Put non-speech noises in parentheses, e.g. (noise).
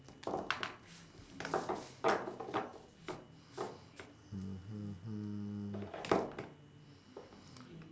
(noise)